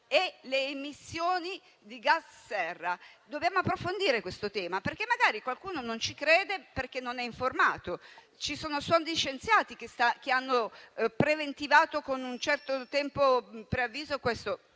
e le emissioni di gas serra. Dobbiamo approfondire questo tema: magari qualcuno non ci crede, perché non è informato. Ci sono fior di scienziati che lo hanno preventivato con un certo preavviso: